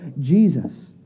Jesus